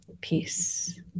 Peace